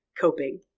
coping